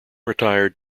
retired